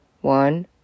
one